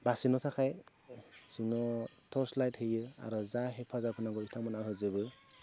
बासिनो थाखाय जोंनो टर्स लाइट होयो आरो जा हेफाजाब नांगौ बिथांमोना होजोबो